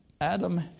Adam